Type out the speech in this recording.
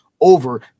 over